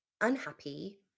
unhappy